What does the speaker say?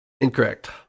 Incorrect